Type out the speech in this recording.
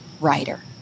WRITER